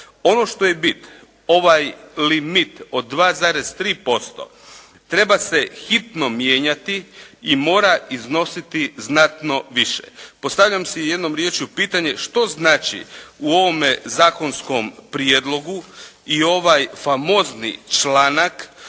Ono što je bit, ovaj limit od 2,3% treba se hitno mijenjati i mora iznositi znatno više. Postavljam si jednom riječju pitanje što znači u ovome zakonskom prijedlogu i ovaj famozni članak